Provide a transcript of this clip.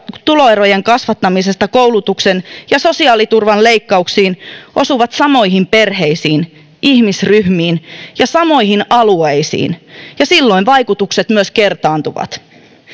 tuloerojen kasvattamisesta koulutuksen ja sosiaaliturvan leikkauksiin osuvat samoihin perheisiin ja ihmisryhmiin ja samoihin alueisiin ja silloin vaikutukset myös kertaantuvat